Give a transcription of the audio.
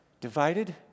divided